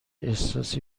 احساسی